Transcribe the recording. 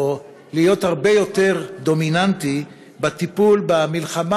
או להיות הרבה יותר דומיננטי בטיפול במלחמה